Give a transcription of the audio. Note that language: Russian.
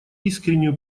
искреннюю